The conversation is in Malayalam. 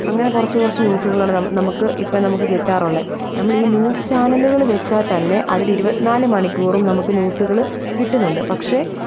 അങ്ങനെ കുറച്ച് കുറച്ച് ന്യൂസുകള് നമുക്ക് ഇപ്പം നമുക്ക് കിട്ടാറുള്ളത് നമ്മൾ ഈ ന്യൂസ് ചാനലുകൾ വച്ചാൽ തന്നെ അതിൽ ഇരുപത് നാല് മണിക്കൂറും നമുക്ക് ന്യൂസുകൾ കിട്ടുന്നുണ്ട് പക്ഷെ